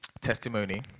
testimony